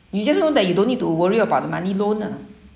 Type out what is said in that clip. you just know that you don't need to worry about the money loan lah